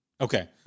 Okay